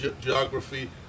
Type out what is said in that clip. geography